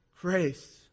Grace